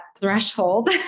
threshold